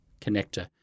connector